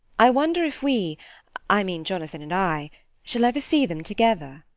i wonder if we i mean jonathan and i shall ever see them together.